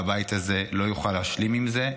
והבית הזה לא יוכל להשלים עם זה.